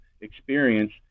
experience